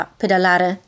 pedalare